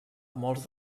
molts